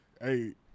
hey